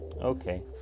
Okay